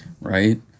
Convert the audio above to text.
Right